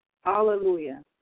Hallelujah